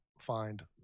find